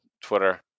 Twitter